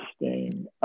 interesting